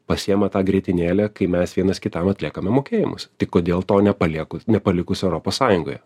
pasiima tą grietinėlę kai mes vienas kitam atliekame mokėjimus tik kodėl to nepalieku nepalikus europos sąjungoje